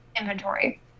inventory